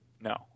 No